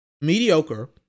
mediocre